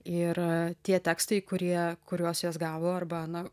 ir tie tekstai kurie kuriuos jos gavo arba na